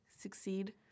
succeed